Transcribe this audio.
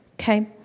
Okay